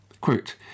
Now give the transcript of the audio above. Quote